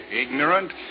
Ignorant